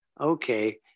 okay